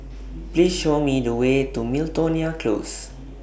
Please Show Me The Way to Miltonia Close